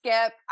skip